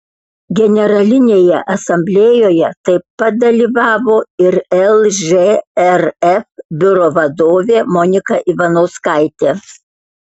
generalinėje asamblėjoje taip pat dalyvavo ir lžrf biuro vadovė monika ivanauskaitė